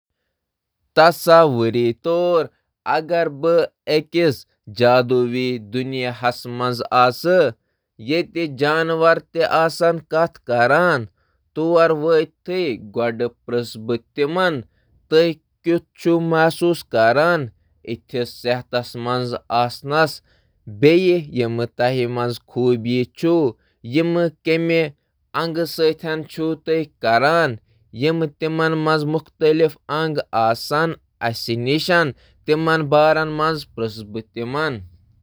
تصور کٔرِو زِ اگر مےٚ أکس جادوئی دٲیرس منٛز واتناونہٕ آو یتہٕ جانور کتھ ہیکن کٔرتھ۔ بہٕ چھُس/چھَس تِمَن پرژھان زِ تِم کِتھ کٔنۍ چھِ جسمٲنی طور پٲٹھۍ فٹ آسنہٕ مُتعلِق محسوس کران تہٕ تِمَن منٛز کٔمۍ بہٕ کَرٕ یِمَن خوٗبِیَتن تہٕ تِہنٛزِ اہمیتَس مُتعلِق تہِ پرژھ۔